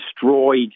destroyed